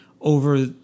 Over